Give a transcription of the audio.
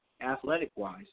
athletic-wise